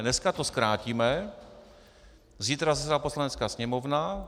Dneska to zkrátíme, zítra zasedá Poslanecká sněmovna.